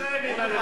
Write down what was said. מה יש בשכונה שלך?